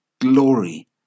Glory